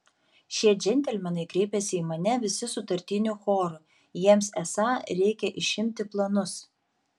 šie džentelmenai kreipėsi į mane visi sutartiniu choru jiems esą reikia išimti planus